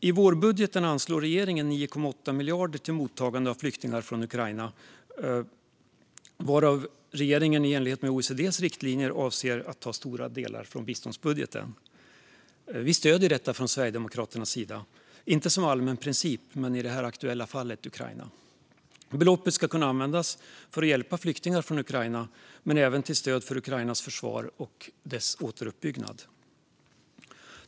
I vårbudgeten anslår regeringen 9,8 miljarder till mottagande av flyktingar från Ukraina. Regeringen avser i enlighet med OECD:s riktlinjer att ta stora delar av dessa pengar från biståndsbudgeten. Från Sverigedemokraternas sida stöder vi detta - inte som allmän princip men i det aktuella fallet Ukraina. Beloppet ska kunna användas för att hjälpa flyktingar från Ukraina men även till stöd för Ukrainas försvar och dess återuppbyggnad.